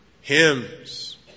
hymns